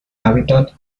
hábitat